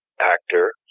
actor